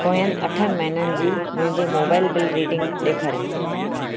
पोयनि अठनि महिननि जी मुंहिंजे मोबाइल बिल रीडिंग ॾेखारियो